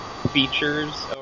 features